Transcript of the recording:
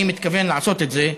אני מתכוון לעשות את זה,